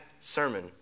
sermon